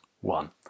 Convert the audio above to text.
one